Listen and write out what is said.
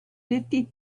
fifty